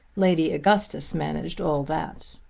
lady augustus managed all that.